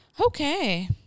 Okay